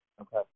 Okay